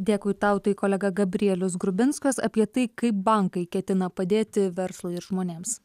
dėkui tau tai kolega gabrielius grubinskas apie tai kaip bankai ketina padėti verslui ir žmonėms